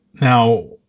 Now